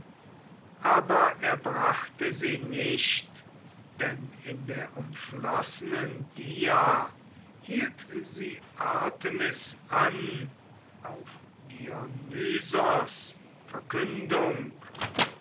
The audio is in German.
aber er brachte sie nicht denn in der umflossenen dia hielt sie artemis an auf dionysos